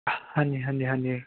ਹਾਂਜੀ ਹਾਂਜੀ ਹਾਂਜੀ